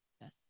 Yes